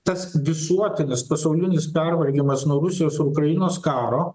tas visuotinis pasaulinis pervargimas nuo rusijos ukrainos karo